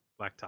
blacktop